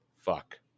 fuck